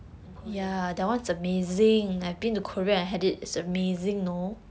in Korea